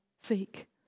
Seek